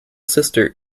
sister